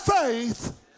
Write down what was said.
faith